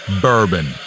Bourbon